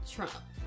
Trump